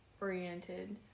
oriented